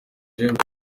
james